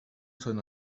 són